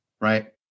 right